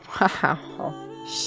Wow